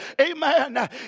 amen